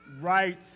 right